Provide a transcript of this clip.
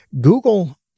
google